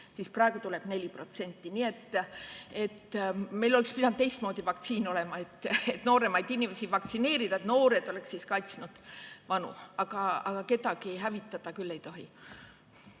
praegu tuleb 4%. Nii et meil oleks pidanud teistmoodi vaktsiin olema, et nooremaid inimesi vaktsineerida. Noored oleksid siis kaitsnud vanu. Aga kedagi hävitada küll ei tohi.